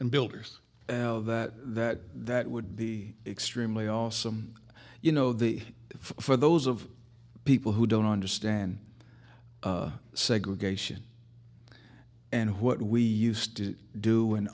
and builders of that that that would be extremely awesome you know the for those of people who don't understand segregation and what we used to do